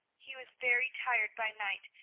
he was very tired by night,